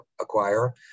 acquire